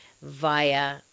via